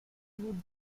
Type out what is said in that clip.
would